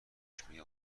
چشمه